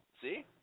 See